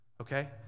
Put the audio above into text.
okay